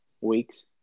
weeks